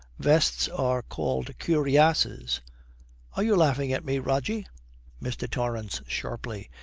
vests are called cuirasses. are you laughing at me, rogie mr. torrance, sharply,